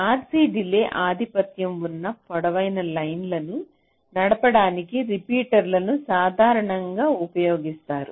RC delay ఆధిపత్యం ఉన్న పొడవైన లైన్లను నడపడానికి రిపీటర్లను సాధారణంగా ఉపయోగిస్తారు